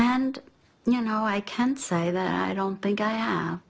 and you know i can't say that i don't think i